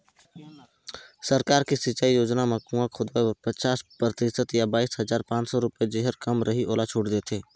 सरकार के सिंचई योजना म कुंआ खोदवाए बर पचास परतिसत य बाइस हजार पाँच सौ रुपिया जेहर कम रहि ओला छूट देथे